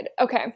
Okay